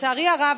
לצערי הרב,